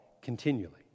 Continually